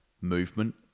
movement